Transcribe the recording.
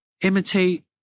imitate